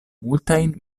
multajn